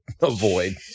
avoid